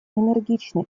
энергично